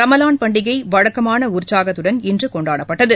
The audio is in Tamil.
ரமலான் பண்டிகை வழக்கமான உற்சாகத்துடன் இன்று கொண்டாடப்பட்டது